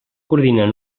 coordinar